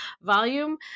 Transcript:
volume